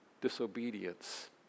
disobedience